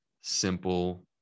simple